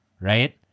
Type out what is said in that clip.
right